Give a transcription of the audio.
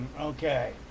okay